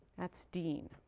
that's dean.